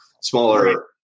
smaller